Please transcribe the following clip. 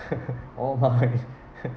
all mine